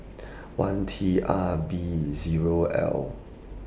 one T R B Zero L